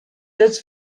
jetzt